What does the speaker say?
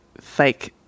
fake